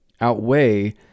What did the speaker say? outweigh